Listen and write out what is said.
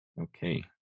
Okay